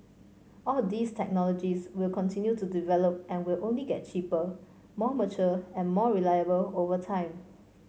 all these technologies will continue to develop and will only get cheaper more mature and more reliable over time